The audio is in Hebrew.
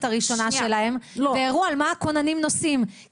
הראשונה שלהם והראו על מה הכוננים נוסעים.